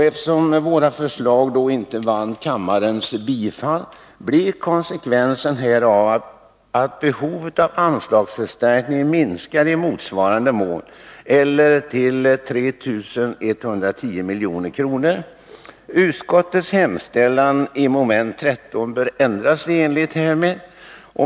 Eftersom våra förslag då inte vann kammarens bifall, blir konsekvensen att behovet av anslagsförstärkning minskar i motsvarande mån, eller till 3 110 milj.kr. Utskottets hemställan i mom. 13 bör ändras i enlighet härmed.